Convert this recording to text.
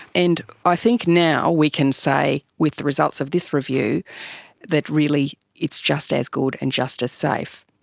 and i think now we can say with the results of this review that really it's just as good and just as safe.